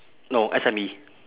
no S_M_E